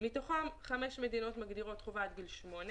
מתוכן חמש מדינות מגדירות חובה עד גיל שמונה